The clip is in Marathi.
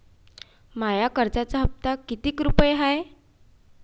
माया कर्जाचा हप्ता कितीक रुपये हाय?